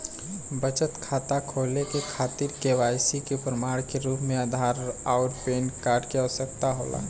बचत खाता खोले के खातिर केवाइसी के प्रमाण के रूप में आधार आउर पैन कार्ड के आवश्यकता होला